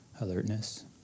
alertness